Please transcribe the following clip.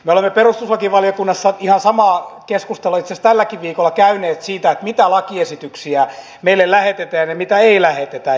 me olemme perustuslakivaliokunnassa ihan samaa keskustelua itse asiassa tälläkin viikolla käyneet siitä mitä lakiesityksiä meille lähetetään ja mitä ei lähetetä